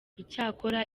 icyakora